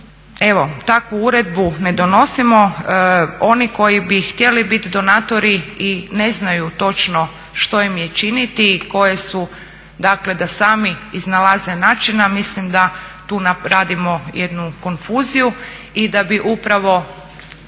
takvu uredbu ne donosimo oni koji bi htjeli bit donatori i ne znaju točno što im je činiti i koje su, dakle da sami iznalaze načina. Mislim da tu radimo jednu konfuziju i da bi upravo